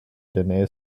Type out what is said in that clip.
than